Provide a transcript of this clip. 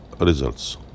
results